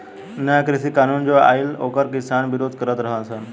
नया कृषि कानून जो आइल ओकर किसान विरोध करत रह सन